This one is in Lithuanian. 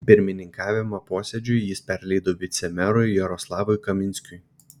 pirmininkavimą posėdžiui jis perleido vicemerui jaroslavui kaminskiui